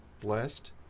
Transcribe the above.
blessed